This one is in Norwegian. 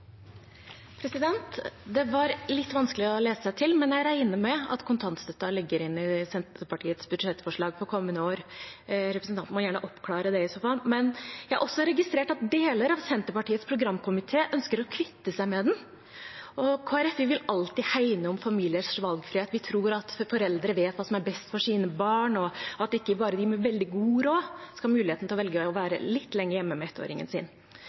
Det var litt vanskelig å lese seg til, men jeg regner med at kontantstøtten ligger inne i Senterpartiets budsjettforslag for kommende år. Representanten må gjerne oppklare det, i så fall. Men jeg har også registrert at deler av Senterpartiets programkomité ønsker å kvitte seg med den. Kristelig Folkeparti vil alltid hegne om familiers valgfrihet. Vi tror at foreldre vet hva som er best for sine barn, og at ikke bare de med veldig god råd skal ha muligheten til å velge å være litt lenger hjemme med ettåringen sin.